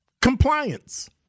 Compliance